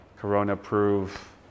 Corona-proof